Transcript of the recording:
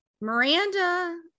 Miranda